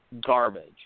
garbage